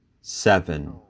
seven